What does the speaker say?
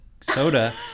soda